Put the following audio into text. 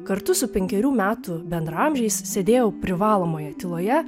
kartu su penkerių metų bendraamžiais sėdėjau privalomoje tyloje